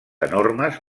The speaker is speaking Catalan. enormes